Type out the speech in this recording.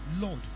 Lord